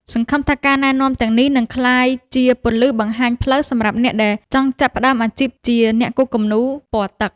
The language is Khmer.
សង្ឃឹមថាការណែនាំទាំងនេះនឹងក្លាយជាពន្លឺបង្ហាញផ្លូវសម្រាប់អ្នកដែលចង់ចាប់ផ្តើមអាជីពជាអ្នកគូរគំនូរពណ៌ទឹក។